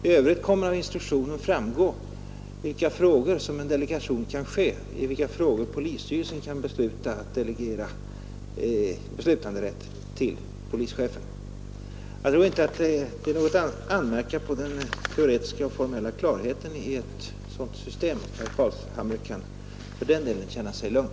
I övrigt kommer av instruktionen att framgå i vilka frågor polisstyrelsen kan besluta att delegera beslutanderätt till polischefen. Jag tror inte att det är något att anmärka på den teoretiska och formella klarheten i ett sådant system. Herr Carlshamre kan känna sig lugn.